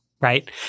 right